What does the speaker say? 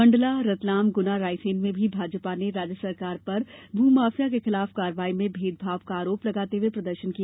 मंडला रतलाम गुना रायसेन में भी भाजपा ने राज्य सरकार पर भूमाफिया के खिलाफ कार्यवाही में भेदभाव का आरोप लगाते हुए प्रदर्शन किया